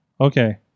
Okay